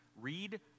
Read